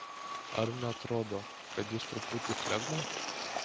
ar neatrodo kad jis truputį flegma